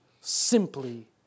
simply